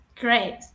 great